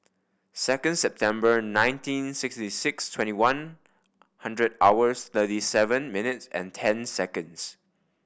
second September nineteen ninety six twenty one hundred hours thirty seven minutes and ten seconds